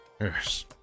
yes